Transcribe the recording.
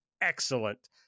excellent